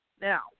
Now